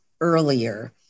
earlier